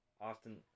often